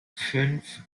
fünf